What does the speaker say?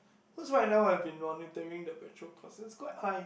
cause right I've been monitoring the petrol costs quite high